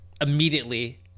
immediately